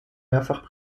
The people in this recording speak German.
mehrfacher